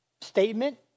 statement